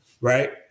right